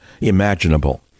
imaginable